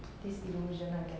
disillusioned I guess